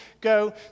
go